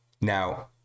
Now